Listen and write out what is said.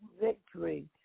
victory